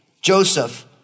Joseph